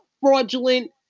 fraudulent